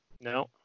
no